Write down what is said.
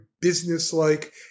businesslike